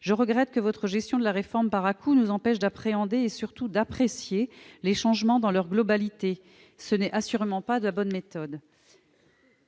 Je regrette que votre gestion de la réforme par à-coups nous empêche d'appréhender et, surtout, d'apprécier les changements dans leur globalité. Ce n'est assurément pas de bonne méthode !